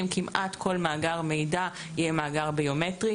כמעט כל מאגר מידע יהיה מאגר ביומטרי.